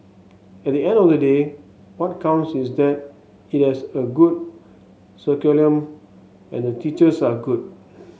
at the end of the day what counts is that it has a good and the teachers are good